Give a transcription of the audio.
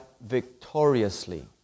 victoriously